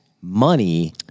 money